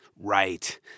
Right